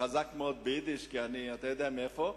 אני חזק מאוד ביידיש, אתה יודע מאיפה אני: